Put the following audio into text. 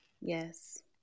Yes